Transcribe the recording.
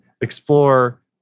explore